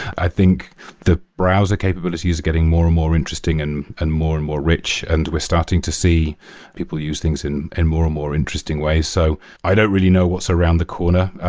i think the browser capability is getting more and more interesting and and more and more rich and we're starting to see people use things in more and more interesting ways. so i don't really know what's around the corner.